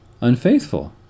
unfaithful